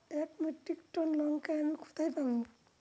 এক metric ton লঙ্কা আমি কোথায় পাবো?